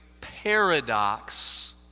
paradox